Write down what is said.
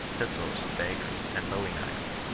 pistols, daggers, and bowie knives.